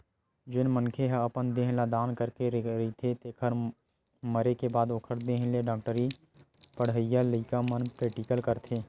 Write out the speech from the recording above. जेन मनखे ह अपन देह ल दान करे रहिथे तेखर मरे के बाद ओखर देहे ल डॉक्टरी पड़हइया लइका मन प्रेक्टिकल करथे